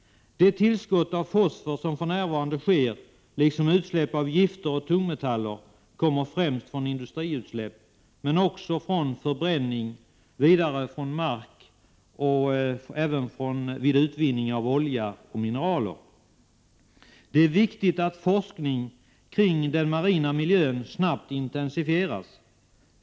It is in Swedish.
Det tillskott av fosfor som för närvarande sker liksom utsläpp av gifter och tungmetaller kommer främst från industriutsläpp men också från förbränning, vidare från mark och även vid utvinning av olja och mineraler. Det är viktigt att forskningen kring den marina miljön snabbt intensifieras.